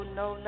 no